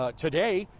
ah today,